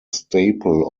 staple